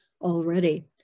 already